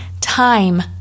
time